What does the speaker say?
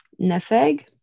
Nefeg